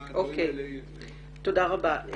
תודה רבה.